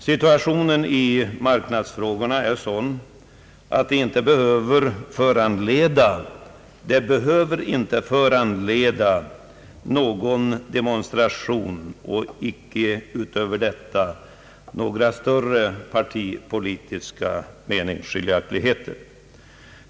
Situationen i marknadsfrågorna är sådan att den inte behöver föranleda någon demonstration och inte heller några större partipolitiska meningsskiljaktigheter.